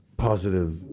Positive